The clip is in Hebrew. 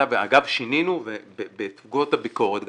ואגב שינינו בעקבות הביקורת ופעלנו.